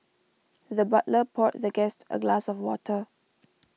the butler poured the guest a glass of water